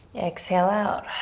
exhale out.